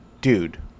dude